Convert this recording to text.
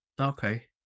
Okay